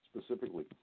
specifically